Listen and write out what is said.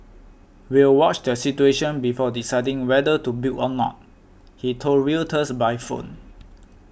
we'll watch the situation before deciding whether to build or not he told Reuters by phone